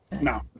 no